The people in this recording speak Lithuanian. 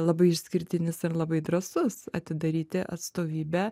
labai išskirtinis ir labai drąsus atidaryti atstovybę